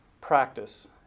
practice